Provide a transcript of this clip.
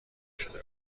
شده